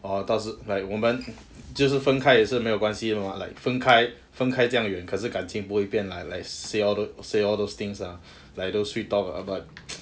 err 到时 like 我们就是分开也是没有关系的 mah like 分开分开这样远可是感情不会变 lah like say all say all those things ah like those sweet talk lah but